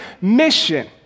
mission